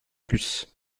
plus